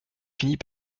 finit